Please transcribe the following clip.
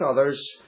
others